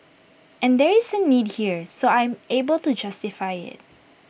and there is A need here so I'm able to justify IT